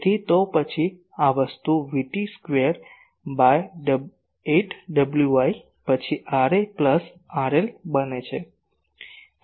તેથી તો પછી આ વસ્તુ VT સ્ક્વેર બાય 8 Wi પછી RA પ્લસ RL બને છે